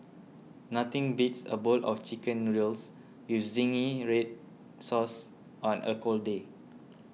nothing beats a bowl of Chicken Noodles with Zingy Red Sauce on a cold day